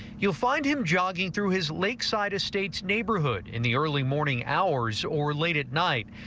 you'll find him jogging through his lakeside estates neighborhood in the early-morning hours or late at night.